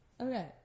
Okay